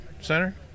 center